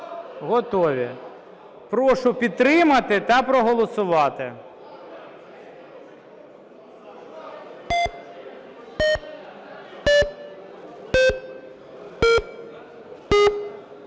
Готові. Прошу підтримати та проголосувати.